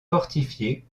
fortifiée